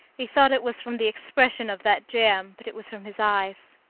he thought it was from the expression of that jam, but it was from his eyes.